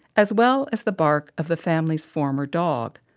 as well as the bark of the family's former dog,